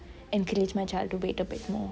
encourage my child to wait a bit more